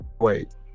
Wait